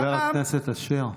חבר הכנסת אשר,